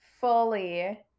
fully